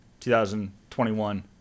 2021